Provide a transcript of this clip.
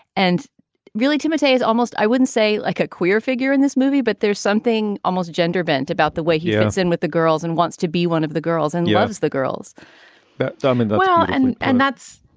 and really, dimity is almost i wouldn't say like a queer figure in this movie, but there's something almost gender vente about the way he is in with the girls and wants to be one of the girls and loves the girls that dumb and well. and and that's.